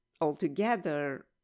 altogether